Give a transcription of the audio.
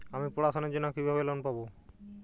আমি পড়াশোনার জন্য কিভাবে লোন পাব?